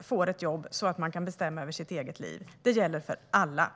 får ett jobb så att man kan bestämma över sitt eget liv. Det gäller för alla.